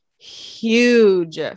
huge